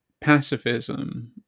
pacifism